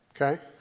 okay